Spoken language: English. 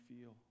feel